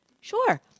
Sure